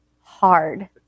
hard